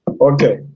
Okay